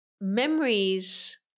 memories